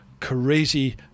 crazy